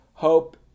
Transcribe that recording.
Hope